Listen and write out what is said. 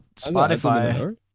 spotify